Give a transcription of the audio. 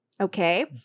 Okay